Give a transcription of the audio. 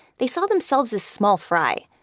they saw themselves as small fry.